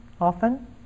often